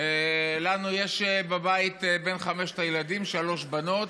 לנו יש בבית בין חמשת הילדים שלוש בנות,